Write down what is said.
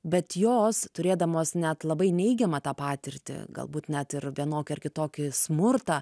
bet jos turėdamos net labai neigiamą tą patirtį galbūt net ir vienokį ar kitokį smurtą